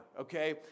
okay